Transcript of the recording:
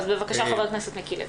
בבקשה, חבר הכנסת מיקי לוי.